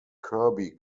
kirby